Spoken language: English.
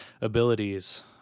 abilities